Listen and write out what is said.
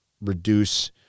reduce